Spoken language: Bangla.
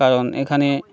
কারণ এখানে